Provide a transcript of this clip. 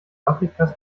afrikas